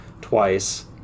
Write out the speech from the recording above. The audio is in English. twice